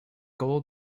goal